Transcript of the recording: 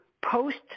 post